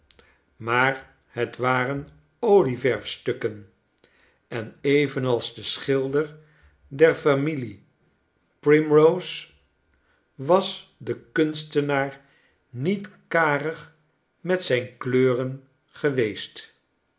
maar het waren olieverf stukken en evenals de schilder der familie primrose was de kunstenaar nietkarig met zyne kleurengeweest